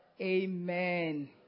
Amen